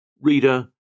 Reader